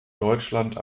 deutschland